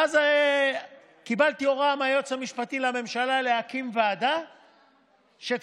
ואז קיבלתי הוראה מהיועץ המשפטי לממשלה להקים ועדה שתקבל